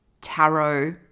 tarot